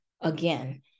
again